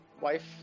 Wife